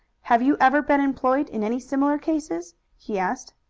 have you ever been employed in any similar cases? he asked.